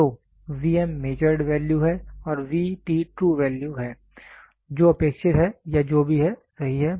तो measured value है और ट्रू वैल्यू है जो अपेक्षित है या जो भी है सही है